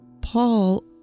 Paul